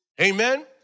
Amen